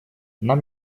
нам